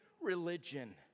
religion